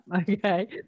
Okay